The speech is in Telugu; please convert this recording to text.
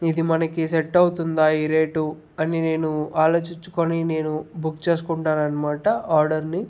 ఇది మనకి సెట్ అవుతుందా ఈ రేటు అని నేను ఆలోచించుకొని నేను బుక్ చేసుకుంటాననమాట ఆర్డర్ని